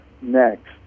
next